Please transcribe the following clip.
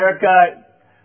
haircut